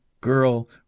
girl